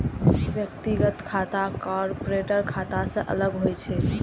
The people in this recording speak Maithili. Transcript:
व्यक्तिगत खाता कॉरपोरेट खाता सं अलग होइ छै